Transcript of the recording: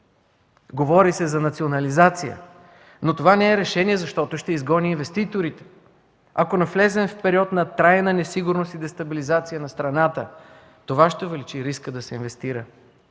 Говори се за национализация, но това не е решение, защото ще изгони инвеститорите. Ако навлезем в период на трайна несигурност и дестабилизация на страната, това ще увеличи риска да се инвестира,